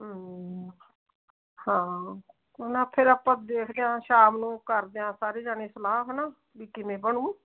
ਹਾਂ ਹੁਣ ਫਿਰ ਆਪਾਂ ਦੇਖ ਕੇ ਸ਼ਾਮ ਨੂੰ ਕਰਦੇ ਹਾਂ ਸਾਰੇ ਜਣੇ ਸਲਾਹ ਵੀ ਕਿਵੇਂ ਬਣੂ